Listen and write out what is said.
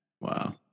Wow